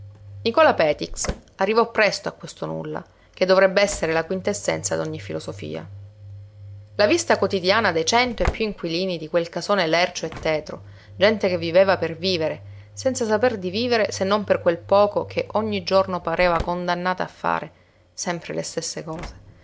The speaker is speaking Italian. nicola petix arrivò presto a questo nulla che dovrebbe essere la quintessenza d'ogni filosofia la vista quotidiana dei cento e più inquilini di quel casone lercio e tetro gente che viveva per vivere senza saper di vivere se non per quel poco che ogni giorno pareva condannata a fare sempre le stesse cose